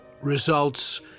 results